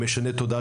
אלה הם משני תודעה,